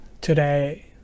today